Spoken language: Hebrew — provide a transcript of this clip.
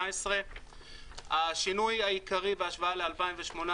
השינוי העיקרי בהשוואה ל-2018,